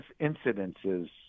incidences